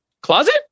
closet